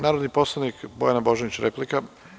Narodni poslanik Bojana Božanić ima reč, replika.